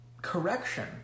Correction